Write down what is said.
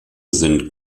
sind